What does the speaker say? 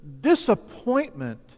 Disappointment